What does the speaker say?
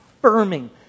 affirming